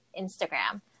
Instagram